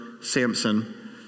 Samson